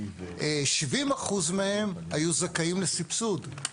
70% מהם היו זכאים לסבסוד.